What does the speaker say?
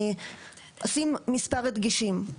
אני אשים מספר דגשים.